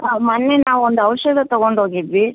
ಹಾಂ ಮೊನ್ನೆ ನಾವು ಒಂದು ಔಷಧ ತಗೊಂಡು ಹೋಗಿದ್ವಿ